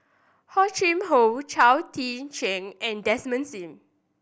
Hor Chim Or Chao Tzee Cheng and Desmond Sim